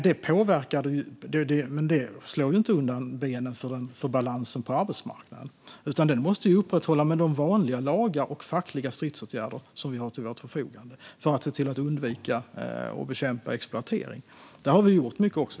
Detta slår inte undan balansen på arbetsmarknaden, utan den måste vi upprätthålla med de vanliga lagar och fackliga stridsåtgärder som vi har till vårt förfogande för att undvika och bekämpa exploatering. Där har vi gjort mycket.